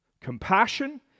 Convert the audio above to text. compassion